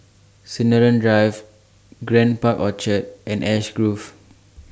Sinaran Drive Grand Park Orchard and Ash Grove